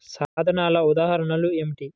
సాధనాల ఉదాహరణలు ఏమిటీ?